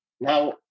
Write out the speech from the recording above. Now